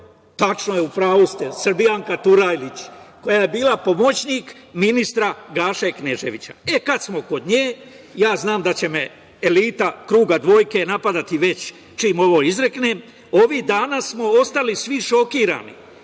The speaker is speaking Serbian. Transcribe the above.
Tačno je, u pravu ste, Srbijanka Turajlić koja je bila pomoćnik ministra Gaše Kneževića. Kada smo kod nje, znam da će me elita kruga dvojke napadati čim ovo izreknem, ovih dana smo ostali svi šokirani